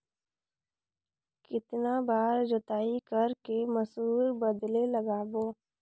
कितन बार जोताई कर के मसूर बदले लगाबो?